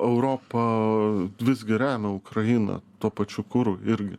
europa visgi remia ukrainą tuo pačiu kuru irgi